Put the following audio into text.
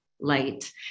light